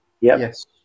Yes